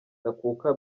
ndakuka